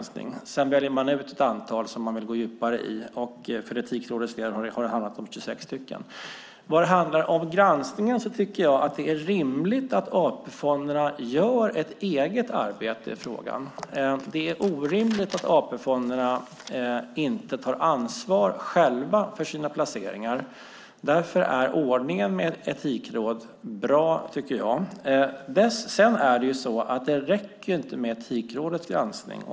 Sedan väljer man ut ett antal som man vill gå in djupare i, och för Etikrådets del har det handlat om 26 stycken. När det handlar om granskningen tycker jag att det är rimligt att AP-fonderna gör ett eget arbete i frågan. Det är orimligt att AP-fonderna inte tar ansvar själva för sina placeringar. Därför är ordningen med ett etikråd bra, tycker jag. Sedan räcker det inte med Etikrådets granskning.